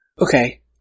Okay